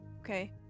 Okay